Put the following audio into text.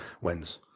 wins